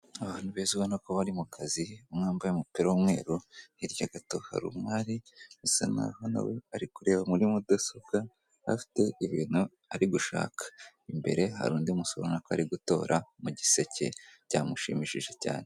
Abantu beza bari mu kazi umwe wambaye umupira w'umweru, hirya gato hari umwari usa nkaho nawe ari kureba muri mudasobwa afite ibintu ari gushaka, imbere hari undi musore ubonako ari gutora mu igiseke byamushimishije cyane.